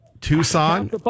Tucson